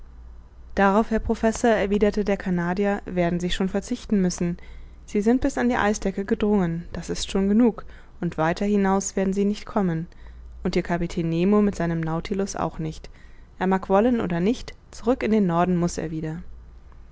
darauf herr professor erwiderte der canadier werden sie schon verzichten müssen sie sind bis an die eisdecke gedrungen das ist schon genug und weiter hinaus werden sie nicht kommen und ihr kapitän nemo mit seinem nautilus auch nicht er mag wollen oder nicht zurück in den norden muß er wieder